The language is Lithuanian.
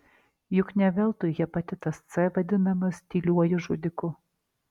juk ne veltui hepatitas c vadinamas tyliuoju žudiku